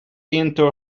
into